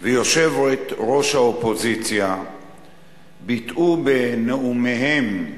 ויושבת-ראש האופוזיציה ביטאו בנאומיהם,